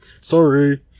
Sorry